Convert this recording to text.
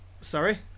sorry